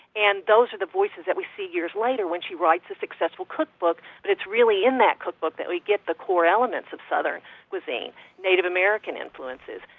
and those are the voices that we see years later when she writes a successful cookbook. it's really in that cookbook that we get the core elements of southern cuisine native american influences,